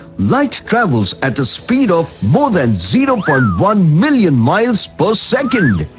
light travels at a speed of more than zero point one million miles per second!